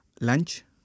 Lunch